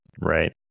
Right